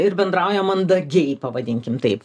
ir bendrauja mandagiai pavadinkim taip